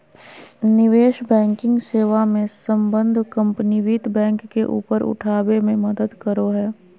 निवेश बैंकिंग सेवा मे सम्बद्ध कम्पनी वित्त बैंक के ऊपर उठाबे मे मदद करो हय